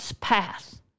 path